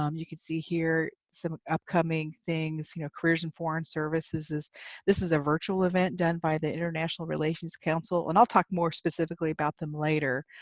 um you can see here some upcoming things, you know careers in foreign services, this this is a virtual event done by the international relations council, and i'll talk more specifically about them later,